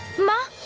my